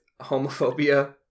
homophobia